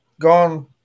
gone